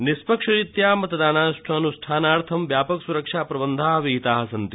निष्पक्षरीत्या मतदानान्ष्ठानार्थं व्यापक सुरक्षा प्रबंधाः विहिताः सन्ति